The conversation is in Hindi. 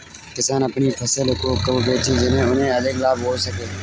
किसान अपनी फसल को कब बेचे जिसे उन्हें अधिक लाभ हो सके?